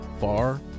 far